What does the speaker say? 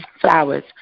flowers